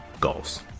goals